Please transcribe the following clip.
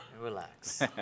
Relax